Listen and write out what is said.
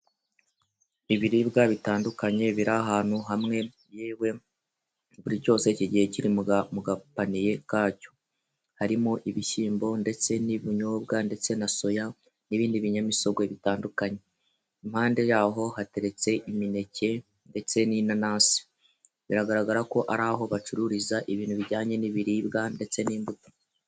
Ibiribwa bitandukanye biri ahantu hamwe, yewe buri cyose kigiye kiri mu gapaniiye kacyo, harimo ibishyimbo ndetse n'ibinyobwa ndetse na soya n'ibindi binyamisogwe bitandukanye, impande yaho hateretse imineke ndetse n'inanasi biragaragara ko ari aho bacururiza ibintu bijyanye n'ibiribwa ndetse n'imbuto.